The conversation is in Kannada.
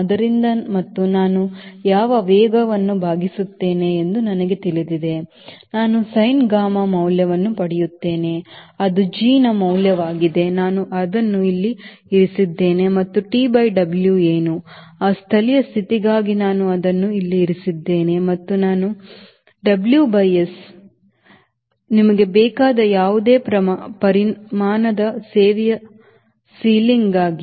ಆದ್ದರಿಂದ ಮತ್ತು ನಾನು ಯಾವ ವೇಗವನ್ನು ಭಾಗಿಸುತ್ತೇನೆ ಎಂದು ನನಗೆ ತಿಳಿದಿದೆ ನಾನು sin gamma ಮೌಲ್ಯವನ್ನು ಪಡೆಯುತ್ತೇನೆ ಅದು G ಯ ಮೌಲ್ಯವಾಗಿದೆ ನಾನು ಅದನ್ನು ಇಲ್ಲಿ ಇರಿಸಿದ್ದೇನೆ ಮತ್ತು TW ಏನು ಆ ಸ್ಥಳೀಯ ಸ್ಥಿತಿಗಾಗಿ ನಾನು ಅದನ್ನು ಇಲ್ಲಿ ಇರಿಸಿದ್ದೇನೆ ಮತ್ತು ನಾನು WS ನಿಮಗೆ ಬೇಕಾದ ಯಾವುದೇ ಪರಿಮಾಣದ ಸೇವೆಯ ಸೀಲಿಂಗ್ಗಾಗಿ